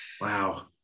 Wow